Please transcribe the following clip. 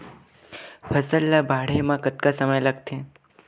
फसल ला बाढ़े मा कतना समय लगथे?